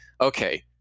okay